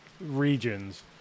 regions